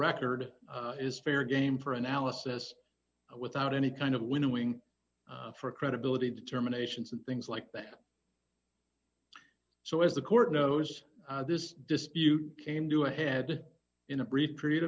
record is fair game for analysis without any kind of winnowing for credibility determinations and things like that so as the court knows this dispute came to a head in a brief period